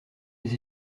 des